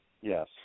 Yes